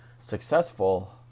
successful